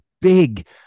big